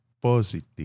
positive